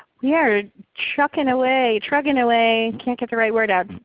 we are chucking away, trucking away. can't get the ride word out.